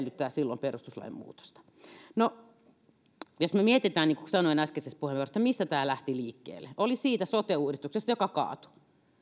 edellyttää silloin perustuslain muutosta no jos me mietimme niin kuin sanoin äskeisessä puheenvuorossani mistä tämä lähti liikkeelle niin se lähti siitä sote uudistuksesta joka kaatui